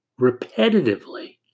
repetitively